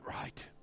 right